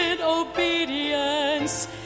obedience